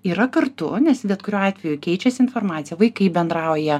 yra kartu nes bet kuriuo atveju keičiasi informacija vaikai bendrauja